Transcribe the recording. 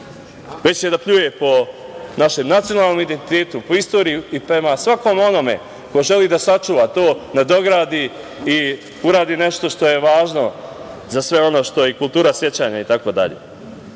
već će da pljuje po našem nacionalnom identitetu, po istoriji i prema svakom onome ko želi da sačuva to, nadogradi i uradi nešto što je važno za sve ono što je kultura sećanja,